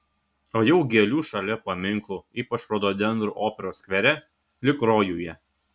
o jau gėlių šalia paminklų ypač rododendrų operos skvere lyg rojuje